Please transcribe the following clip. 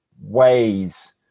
ways